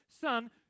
Son